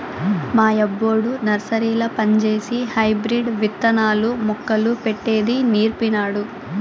మా యబ్బొడు నర్సరీల పంజేసి హైబ్రిడ్ విత్తనాలు, మొక్కలు పెట్టేది నీర్పినాడు